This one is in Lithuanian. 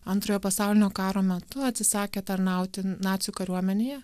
antrojo pasaulinio karo metu atsisakė tarnauti nacių kariuomenėje